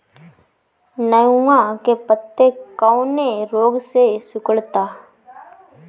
नेनुआ के पत्ते कौने रोग से सिकुड़ता?